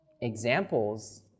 examples